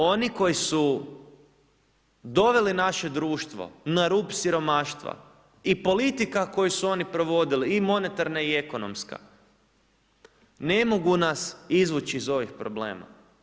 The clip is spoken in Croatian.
Oni koji su doveli naše društvo na rub siromaštva i politika koju su oni provodili i monetarna i ekonomska ne mogu nas izvući iz ovih problema.